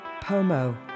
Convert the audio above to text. Pomo